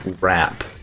wrap